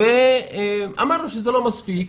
אמרנו שזה לא מספיק,